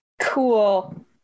Cool